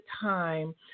time